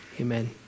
Amen